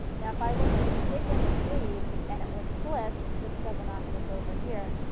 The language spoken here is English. now if i was to stick in the sleeve and it was flipped, this double notch was over here.